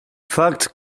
fact